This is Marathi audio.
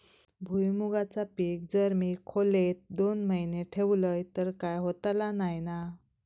भुईमूगाचा पीक जर मी खोलेत दोन महिने ठेवलंय तर काय होतला नाय ना?